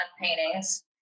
paintings